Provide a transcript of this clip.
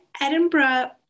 Edinburgh